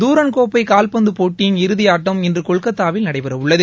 தரன் கோப்பை கால்பந்து போட்டி இறுதி ஆட்டம் இன்று கொல்கத்தாவில் நடைபெறவுள்ளது